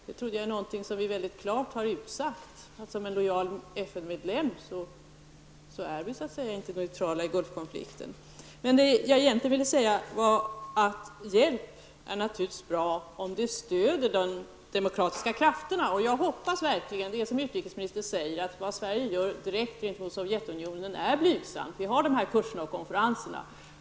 Jag trodde att Sverige som en lojal FN-medlem klart hade uttalat att Sverige inte är neutralt i Hjälp är naturligtvis bra om det stöder de demokratiska krafterna. Jag hoppas att det är som utrikesministern säger, nämligen att vad Sverige gör direkt mot Sovjetunionen är blygsamt. Vi har kurserna och konferenserna.